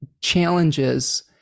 challenges